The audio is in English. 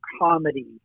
comedy